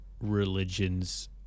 religions